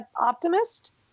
optimist